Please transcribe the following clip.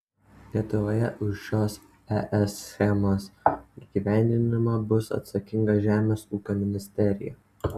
lietuvoje už šios es schemos įgyvendinimą bus atsakinga žemės ūkio ministerija